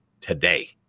today